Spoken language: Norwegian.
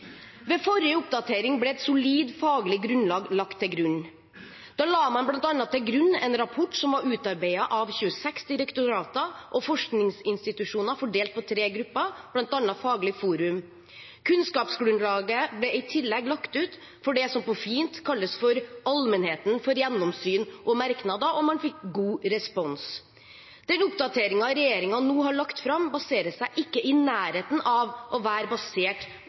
Ved forrige oppdatering ble et solid faglig grunnlag lagt til grunn. Da la man bl.a. til grunn en rapport som var utarbeidet av 26 direktorater og forskningsinstitusjoner fordelt på tre grupper, bl.a. Faglig forum. Kunnskapsgrunnlaget ble i tillegg lagt ut for det som på fint kalles allmennheten for gjennomsyn og merknader, og man fikk god respons. Den oppdateringen regjeringen nå har lagt fram, er ikke i nærheten av å være basert